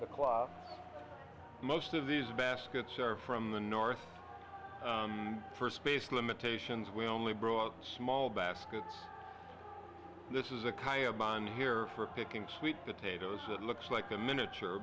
the clock most of these baskets are from the north first space limitations we only brought in small baskets this is a coyote mine here for picking sweet potatoes that looks like a miniature